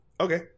Okay